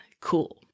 cool